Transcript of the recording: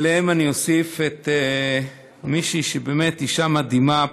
אליהן אני אוסיף מישהי שהיא באמת אישה מדהימה,